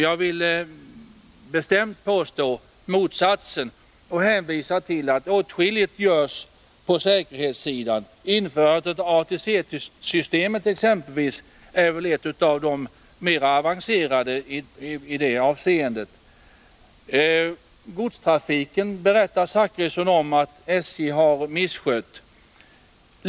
Jag vill bestämt påstå motsatsen och hänvisa till att åtskilligt görs på säkerhetssidan. Införandet av ATC-systemet, ett av de mer avancerade, är ett exempel i det avseendet. Bertil Zachrisson sade vidare att SJ har misskött godstrafiken.